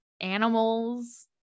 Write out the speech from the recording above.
animals